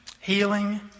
healing